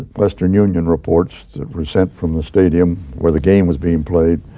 western union reports sent from the stadium where the game was being played.